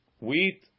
wheat